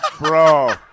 Bro